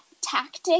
tactic